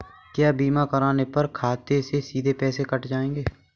क्या बीमा करने पर मेरे खाते से सीधे पैसे कट जाएंगे?